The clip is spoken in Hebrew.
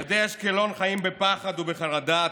ילדי אשקלון חיים בפחד ובחרדה.